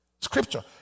Scripture